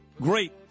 Great